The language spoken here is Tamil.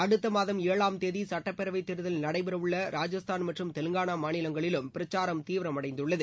அடுத்த மாதம் ஏழாம் தேதி சுட்டப்பேரவைத் தேர்தல் நடைபெறவுள்ள ராஜஸ்தான் மற்றும் தெலங்கானா மாநிலங்களிலும் பிரச்சாரம் தீவிரமடைந்துள்ளது